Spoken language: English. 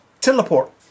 Teleport